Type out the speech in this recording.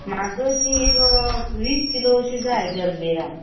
म्हाका तीं एक वीस किलो अशीं जाय जल्बेरा